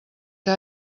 que